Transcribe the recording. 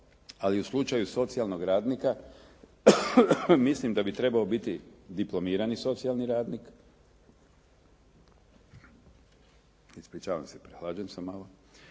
Ali u slučaju socijalnog radnika mislim da bi trebao biti diplomirani socijalni radnik, ispričavam se prehlađen sam malo,